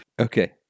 Okay